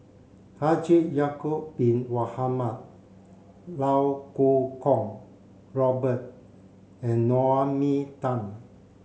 Haji Ya'acob bin Mohamed Iau Kuo Kwong Robert and Naomi Tan